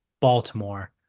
Baltimore